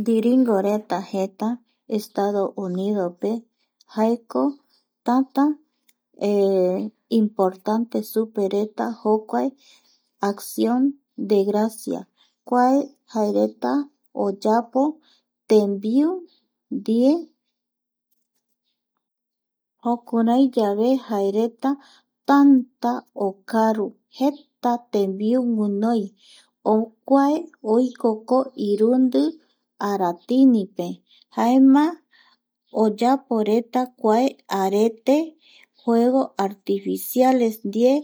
Ndiringoreta Estados Unido pe jaeko tätä importante supe ipuereta jokua acción de gracia kua jaereta oyapo tembiu ndie jukuraiyave jaereta tanta okaru jeta tembiu guinoi kuae oikoko irundi aratinipe jaema oyaporeta kua arete juegos artificiales ndie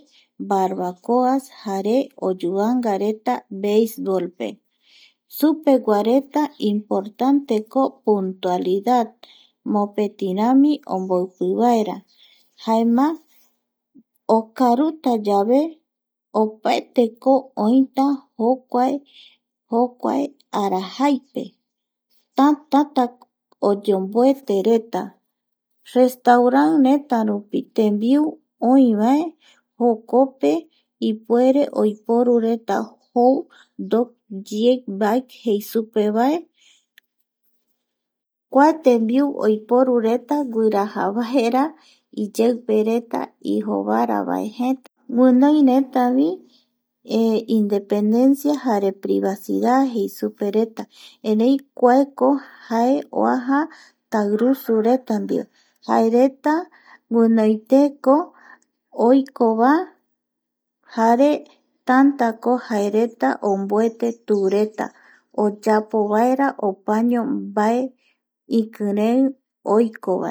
barbacoa jare oyuvangareta beistbolpe supeguareta importanteko puntualidad mopetirami omboipivaera jaema okarutayave opaeteko oita jokuae, jokuae arajaipe tantata oyomboetereta restaurant retarupi tembiu oi vae jokope ipuereta oiporu jou hot dogs jei supevaereta kua tembiu oiporureta guiraja vaera ijovaerava jet guinoiretavi independencia jare privacidad jei supereta erei kuako jae oaja tairusureta ndie jaereta guinoiteko oikova jare tantako jaereta omboete tureta oyapovaera opaño mbae ikirei oikovae